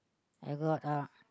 I got uh